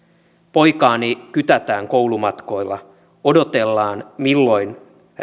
poikaani kytätään koulumatkoilla odotellaan milloin